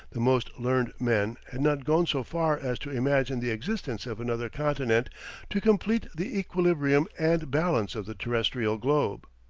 the most learned men had not gone so far as to imagine the existence of another continent to complete the equilibrium and balance of the terrestrial globe.